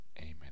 Amen